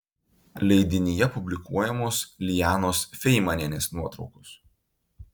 leidinyje publikuojamos lijanos feimanienės nuotraukos